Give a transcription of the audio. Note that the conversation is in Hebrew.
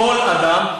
כל אדם",